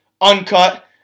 uncut